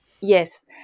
Yes